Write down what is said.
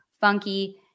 funky